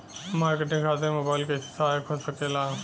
Marketing खातिर mobile कइसे सहायक हो सकेला?